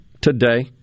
today